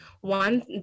one